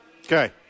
Okay